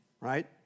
right